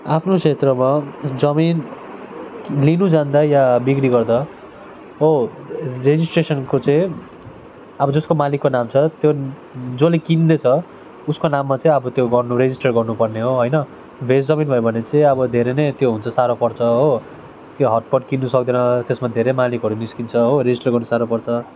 आफ्नो क्षेत्रमा जमिन लिनु जाँदा या बिक्री गर्दा हो रेजिस्ट्रेसनको चाहिँ अब जसको मालिकको नाम छ त्यो जसले किन्दैछ उसको नाममा चाहिँ अब त्यो गर्नु रेजिस्टर गर्नुपर्ने हो होइन भेस्ट जमिन भयो भने चाहिँ अब धेरै नै त्यो हुन्छ साह्रो पर्छ हो त्यो हतपत किन्नु सक्दैन त्यसमा धेरै मालिकहरू निस्किन्छ हो रेजिस्टर गर्नु साह्रो पर्छ